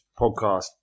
podcast